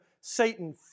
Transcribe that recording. Satan